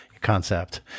concept